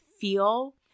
feel